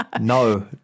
no